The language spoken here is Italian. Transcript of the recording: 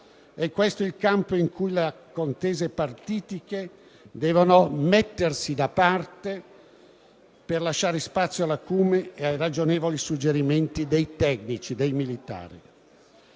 È questo il campo in cui le contese partitiche devono mettersi da parte per lasciare spazio all'acume e ai ragionevoli suggerimenti dei tecnici e dei militari.